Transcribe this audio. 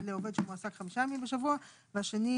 חלק א' אופן חישוב ערך שעת העבודה הבסיסי - תחום השמירה והאבטחה טור 1